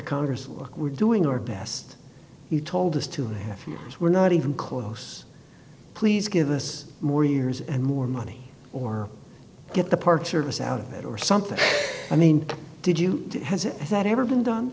congress or we're doing our best you told us to have for years we're not even close please give us more years and more money or get the park service out of it or something i mean did you has that ever been done